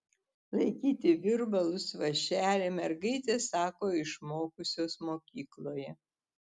laikyti virbalus vąšelį mergaitės sako išmokusios mokykloje